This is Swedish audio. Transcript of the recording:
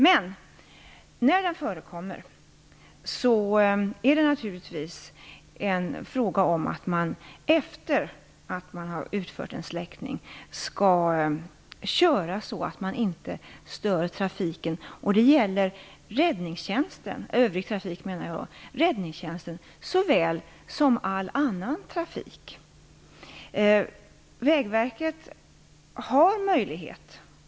Men när den förekommer är det naturligtvis en fråga om att man, efter utförd släckning, skall köra på ett sätt som inte stör övrig trafik. Detta gäller räddningstjänsten såväl som all annan utryckningstrafik.